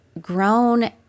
grown